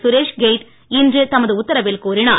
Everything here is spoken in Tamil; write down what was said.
சுரேஷ் கெய்ட் இன்று தமது உத்தரவில் கூறினார்